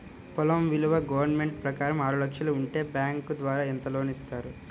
పొలం విలువ గవర్నమెంట్ ప్రకారం ఆరు లక్షలు ఉంటే బ్యాంకు ద్వారా ఎంత లోన్ ఇస్తారు?